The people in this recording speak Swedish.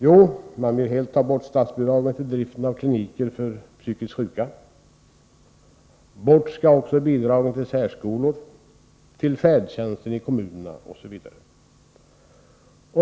Jo, man vill helt ta bort statsbidraget till driften av kliniker för psykiskt sjuka. Bort skall även bidragen till särskolor, till färdtjänsten i kommunerna osv.